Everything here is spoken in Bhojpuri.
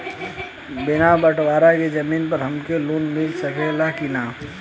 बिना बटवारा के जमीन पर हमके लोन मिल सकेला की ना?